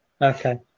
Okay